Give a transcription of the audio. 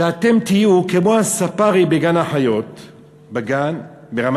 שאתם תהיו כמו הספארי בגן-החיות ברמת-גן,